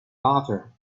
author